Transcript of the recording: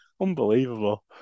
Unbelievable